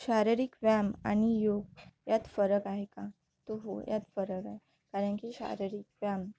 शारीरिक व्यायाम आणि योग यात फरक आहे का त हो यात फरक आहे कारण की शारीरिक व्यायाम